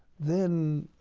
then,